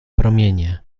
promienie